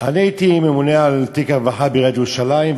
אני הייתי ממונה על תיק הרווחה בעיריית ירושלים,